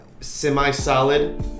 semi-solid